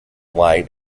light